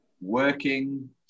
working